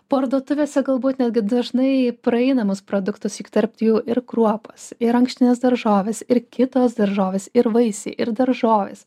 parduotuvėse galbūt netgi dažnai praeinamus produktus juk tarp jų ir kruopos ir ankštinės daržovės ir kitos daržovės ir vaisiai ir daržovės